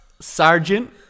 Sergeant